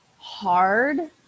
hard